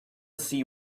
see